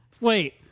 Wait